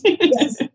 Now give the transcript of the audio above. Yes